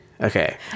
okay